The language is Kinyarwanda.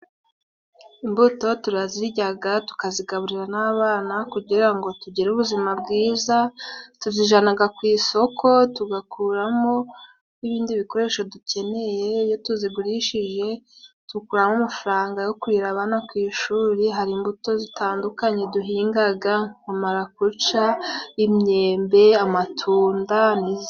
Imbuto turazijyaga, tukazigaburira n'abana kugira ngo tugire ubuzima bwiza. Tuzijanaga ku isoko, tugakuramo n'ibindi bikoresho dukeneye. Iyo tuzigurishije dukuramo amafaranga yo kurihira abana ku ishuri. Hari imbuto zitandukanye duhingaga nka marakuja, imyembe amatunda n'izindi.